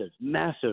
massive